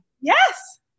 Yes